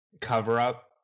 cover-up